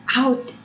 out